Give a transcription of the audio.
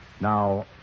Now